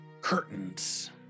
curtains